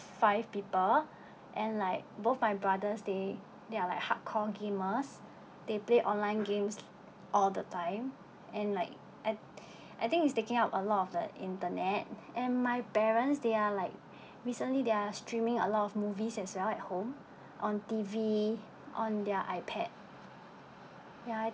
five people and like both my brothers they they are like hardcore gamers they play online games all the time and like at I think it's taking up a lot of the internet and my parents they are like recently they're streaming a lot of movies as well at home on T_V on their ipad ya I